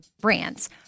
brands